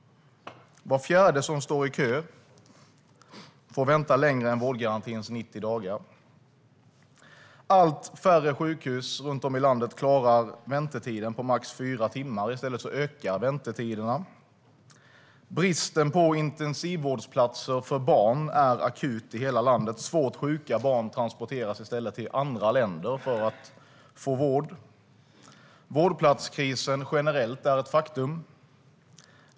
Var fjärde som står i kö får vänta längre än vårdgarantins 90 dagar. Allt färre sjukhus runt om i landet klarar väntetiden på max fyra timmar. I stället ökar väntetiderna. Bristen på intensivvårdsplatser för barn är akut i hela landet. Svårt sjuka barn transporteras i stället till andra länder för att få vård. Vårdplatskrisen generellt är ett faktum.